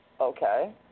Okay